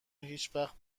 هیچوقت